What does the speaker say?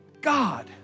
God